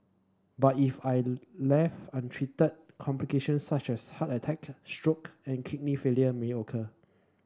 but if I left untreated complications such as heart attack stroke and kidney failure may occur